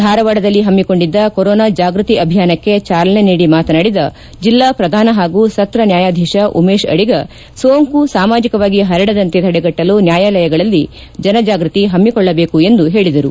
ಧಾರವಾಡದಲ್ಲಿ ಹಮ್ನಿಕೊಂಡಿದ್ದ ಕೊರೋನಾ ಜಾಗೃತಿ ಅಭಿಯಾನಕ್ಕೆ ಚಾಲನೆ ನೀಡಿ ಮಾತನಾಡಿದ ಜಿಲ್ಲಾ ಶ್ರಧಾನ ಹಾಗೂ ಸತ್ರನ್ಯಾಯಧೀಶ ಉಮೇಶ್ ಅಡಿಗ ಸೋಂಕು ಸಾಮಾಜಿಕವಾಗಿ ಪರಡದಂತೆ ತಡೆಗಟ್ಟಲು ನ್ಯಾಯಾಲಯಗಳಲ್ಲಿ ಜನ ಜಾಗೃತಿ ಹಮ್ನಿಕೊಳ್ಳಬೇಕು ಎಂದು ಹೇಳದರು